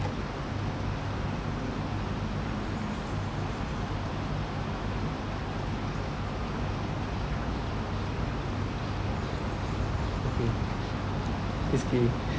okay testing